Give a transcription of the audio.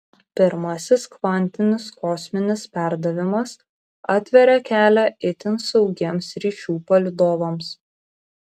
pirmasis kvantinis kosminis perdavimas atveria kelią itin saugiems ryšių palydovams